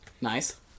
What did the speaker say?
Nice